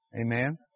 Amen